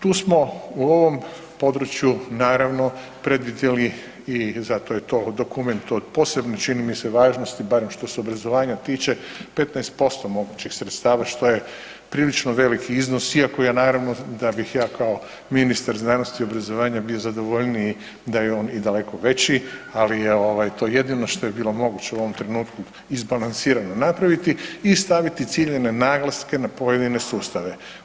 Tu smo u ovom području naravno, predvidjeli i zato je to dokument od posebno, čini mi se, važnosti, barem što se obrazovanja tiče, 15% mogućih sredstava, što je prilično veliki iznos, iako ja naravno da bih ja kao ministar znanosti i obrazovanja bio zadovoljniji da je on i daleko veći, ali je ovaj to jedino što je bilo moguće u ovom trenutku izbalansirano napraviti i staviti ciljane naglaske na pojedine sustave.